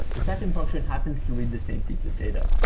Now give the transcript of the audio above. the second function happens to read the same piece of data.